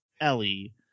Ellie